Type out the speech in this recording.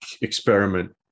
experiment